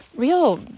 real